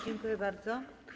Dziękuję bardzo.